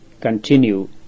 continue